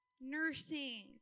nursing